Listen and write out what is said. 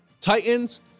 Titans